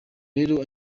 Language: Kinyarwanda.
rero